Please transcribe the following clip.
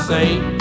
Saint